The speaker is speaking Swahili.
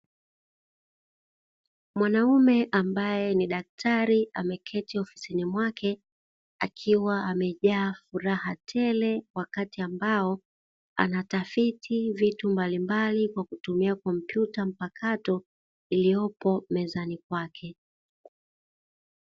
Mwanaume ambaye ni daktari ameketi ofisini mwake akiwa amejaa furaha tele, wakati ambao anatafiti vitu mbalimbali kwa kutumia kompyuta mpakato iliyopo mezani kwake.